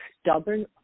stubborn